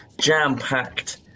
jam-packed